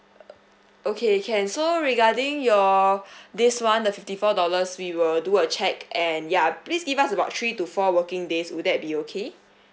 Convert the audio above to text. okay can so regarding your this one the fifty four dollars we will do a check and ya please give us about three to four working days will that be okay